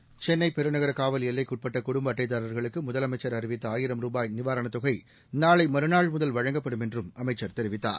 seconds சென்னைப் பெருநகர காவல் எல்லைக்குட்பட்ட குடும்ப அட்டைதாரர்களுக்கு முதலமைச்சர் அறிவித்த ஆயிரம் ரூபாய் நிவாரணத் தொகை நாளைமறுநாள் முதல் வழங்கப்படும் என்றும் அமைச்சர் தெரிவித்தார்